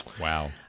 Wow